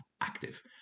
active